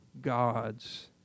God's